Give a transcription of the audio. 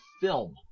film